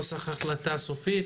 ואז נוכל להתכנס לנוסח החלטה סופית